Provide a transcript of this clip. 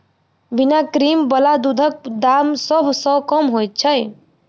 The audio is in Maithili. बिना क्रीम बला दूधक दाम सभ सॅ कम होइत छै